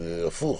הפוך.